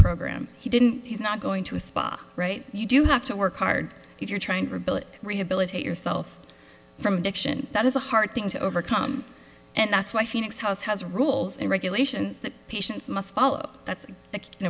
program he didn't he's not going to a spa right you do have to work hard if you're trying to billet rehabilitate yourself from addiction that is a hard thing to overcome and that's why phoenix house has rules and regulations that patients must follow that's an